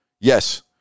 yes